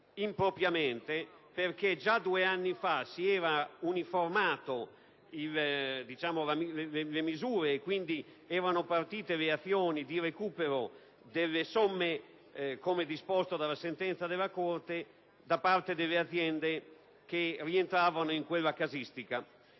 Ricordo che già due anni fa si erano uniformate le misure e quindi erano partite le azioni di recupero delle somme, come disposto dalla sentenza della Corte, da parte delle aziende che rientravano in quella casistica.